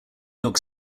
york